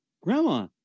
Grandma